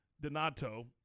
Donato